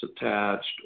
attached